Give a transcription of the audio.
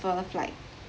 fer flight